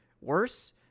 worse